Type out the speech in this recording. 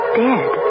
dead